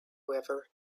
weather